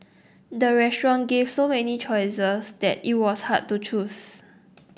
the restaurant gave so many choices that it was hard to choose